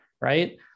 right